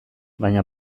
baina